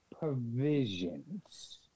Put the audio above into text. provisions